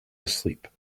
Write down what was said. asleep